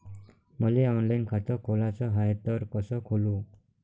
मले ऑनलाईन खातं खोलाचं हाय तर कस खोलू?